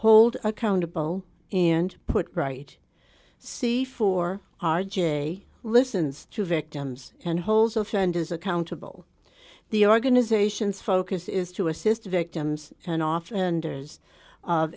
hold accountable and put right see for r j listens to victims and holds offenders accountable the organization's focus is to assist victims and often and